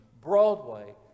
Broadway